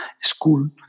school